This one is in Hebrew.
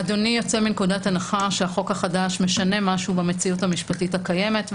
אדוני יוצא מנקודת הנחה שהחוק החדש משנה משהו במציאות המשפטית הקיימת,